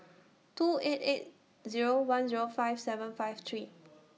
two eight eight Zero one Zero five seven five three